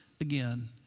again